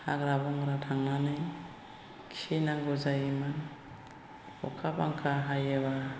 हाग्रा बंग्रा थांनानै खिहैनांगौ जायोमोन अखा बांखा हायोबा